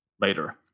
later